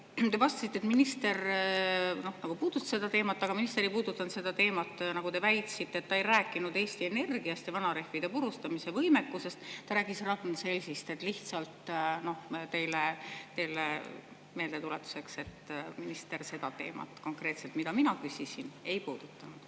te vastasite, et minister puudutas seda teemat. Aga minister ei puudutanud seda teemat, nagu te väitsite, ta ei rääkinud Eesti Energiast ja vanarehvide purustamise võimekusest, ta rääkis Ragn-Sellsist. Lihtsalt teile meeldetuletuseks, et minister konkreetselt seda teemat, mille kohta mina küsisin, ei puudutanud.